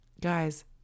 Guys